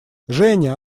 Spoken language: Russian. женя